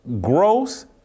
gross